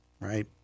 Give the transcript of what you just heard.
right